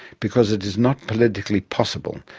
because it is not politically possible,